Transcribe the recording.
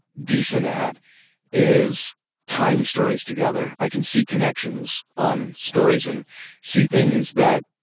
decent at is tying stories together. i can see connections on stories and see things that